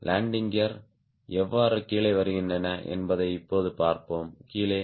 landing gear எவ்வாறு கீழே வருகின்றன என்பதை இப்போது பார்ப்போம் கீழே